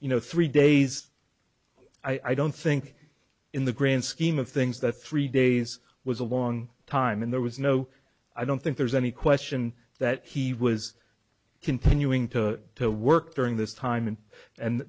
you know three days i don't think in the grand scheme of things that three days was a long time and there was no i don't think there's any question that he was continuing to to work during this time and